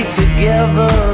together